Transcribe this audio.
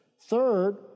Third